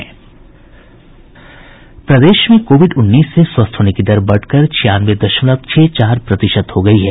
प्रदेश में कोविड उन्नीस से स्वस्थ होने की दर बढ़कर छियानवे दशमलव छह चार प्रतिशत हो गयी है